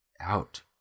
out